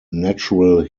natural